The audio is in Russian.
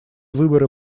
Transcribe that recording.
выборы